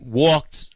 walked